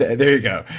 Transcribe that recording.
ah there you go,